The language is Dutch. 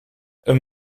een